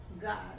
God